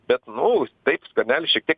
bet nu taip skvernelis šiek tiek